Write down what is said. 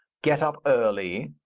get up early,